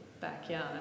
backyard